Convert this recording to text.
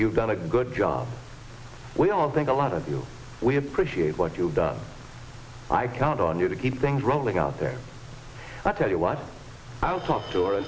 you've done a good job we all think a lot of you we appreciate what you've done i count on you to keep things rolling out there i tell you what i'll talk to her